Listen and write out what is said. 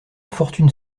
fortune